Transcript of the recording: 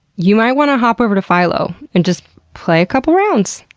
you might want to hop over to phylo and just play a couple rounds.